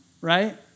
right